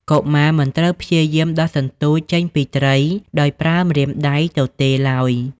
កុមារមិនត្រូវព្យាយាម ដោះសន្ទូច ចេញពីត្រីដោយប្រើម្រាមដៃទទេឡើយ។